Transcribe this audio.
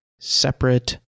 separate